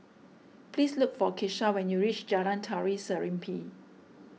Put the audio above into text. please look for Kesha when you reach Jalan Tari Serimpi